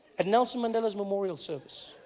at nelson mandela's memorial service